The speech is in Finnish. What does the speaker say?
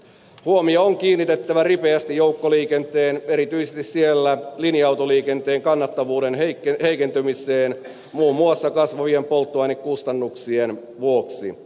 huomio on kiinnitettävä ripeästi joukkoliikenteen erityisesti siellä linja autoliikenteen kannattavuuden heikentymiseen muun muassa kasvavien polttoainekustannuksien vuoksi